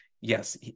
yes